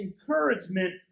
encouragement